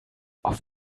auf